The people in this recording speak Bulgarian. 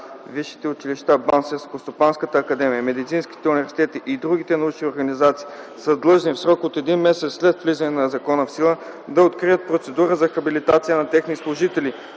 Висшите училища, БАН, Селскостопанската академия, медицинските университети и другите научни организации са длъжни в срок от един месец след влизането на закона в сила да открият процедура за хабилитация на техни служители,